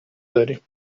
داریم